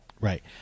Right